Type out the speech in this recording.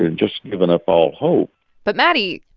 and just given up all hope but, maddie,